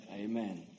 Amen